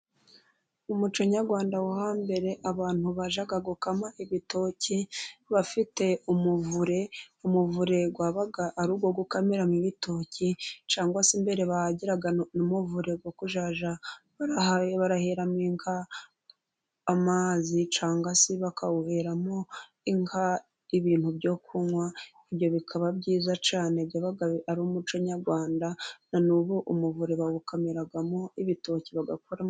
Mu muco nyarwanda wo hambere abantu bajyaga gukama ibitoki, bafite umuvure, umuvure wabaga ariwo gukamiramo ibitoki, cyangwa se mbere bagiraga n'umuvure wo kuzajya baraheramo inka amazi cyangwa se bakawuheramo inka ibintu byo kunywa, ibyo bikaba byiza cyane, byabaga ari umuco nyarwanda, nan'ubu umuvure bawukamiramo ibitoki bagakora umutobe.